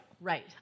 Right